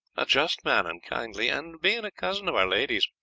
a just man and kindly, and, being a cousin of our lady's,